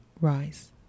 rise